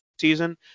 season